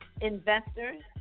investors